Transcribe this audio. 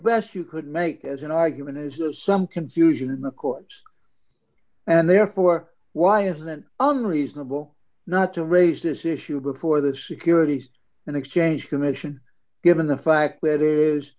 best you could make as an argument is that some confusion in the court and therefore why isn't unreasonable not to raise this issue before the securities and exchange commission given the fact that i